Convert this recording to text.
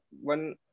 One